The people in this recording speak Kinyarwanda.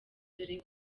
dore